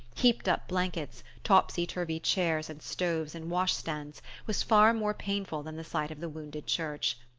heaped-up blankets, topsy-turvy chairs and stoves and wash-stands was far more painful than the sight of the wounded church.